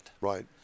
Right